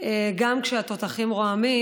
גם כשהתותחים רועמים,